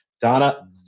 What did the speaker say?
Donna